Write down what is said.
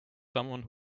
someone